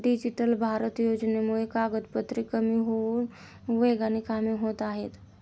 digital Bharat योजनेमुळे कागदपत्रे कमी होऊन वेगाने कामे होत आहेत